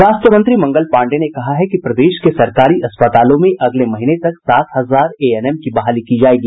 स्वास्थ्य मंत्री मंगल पांडेय ने कहा है कि प्रदेश के सरकारी अस्पतालों में अगले महीने तक सात हजार एएनएम की बहाली की जायेगी